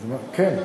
כן.